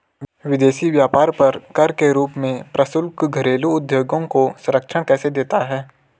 विदेशी व्यापार पर कर के रूप में प्रशुल्क घरेलू उद्योगों को संरक्षण कैसे देता है?